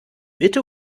bitte